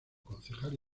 concejal